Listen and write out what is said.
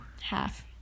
Half